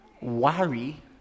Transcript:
Worry